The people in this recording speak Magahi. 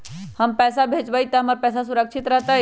हम पैसा भेजबई तो हमर पैसा सुरक्षित रहतई?